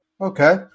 Okay